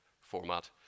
format